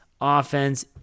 offense